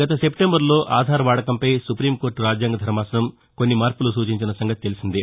గత సెప్టెంబరులో ఆధార్ వాడకంపై సుపీం కోర్టు రాజ్యాంగ ధర్మాసనం కొన్ని మార్పులు సూచించిన సంగతి తెలిసిందే